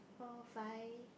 four five